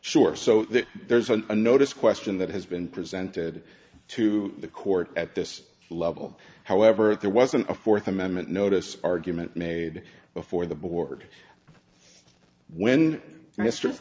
sure so that there's a notice question that has been presented to the court at this level however there wasn't a fourth amendment notice argument made before the board when mr